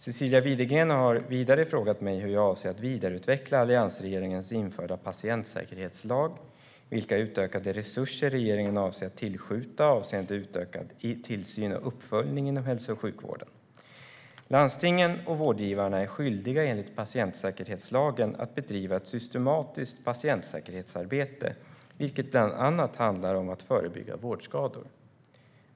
Cecilia Widegren har vidare frågat mig hur jag avser att vidareutveckla alliansregeringens införda patientsäkerhetslag och vilka utökade resurser regeringen avser att tillskjuta avseende utökad tillsyn och uppföljning inom hälso och sjukvården. Landstingen och vårdgivarna är skyldiga enligt patientsäkerhetslagen att bedriva ett systematiskt patientsäkerhetsarbete, vilket bland annat handlar om att förebygga vårdskador.